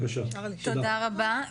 תודה רבה.